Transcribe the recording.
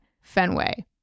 Fenway